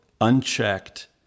unchecked